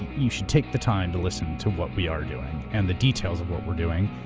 you should take the time to listen to what we are doing, and the details of what we're doing.